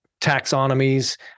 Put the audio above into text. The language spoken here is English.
taxonomies